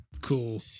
cool